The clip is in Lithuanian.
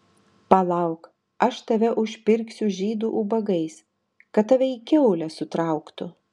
palauk aš tave užpirksiu žydų ubagais kad tave į kiaulę sutrauktų